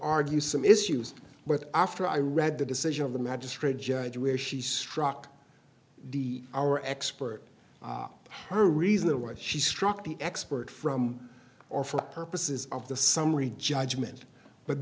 argue some issues but after i read the decision of the magistrate judge where she struck the our expert her reason why she struck the expert from or for purposes of the summary judgment but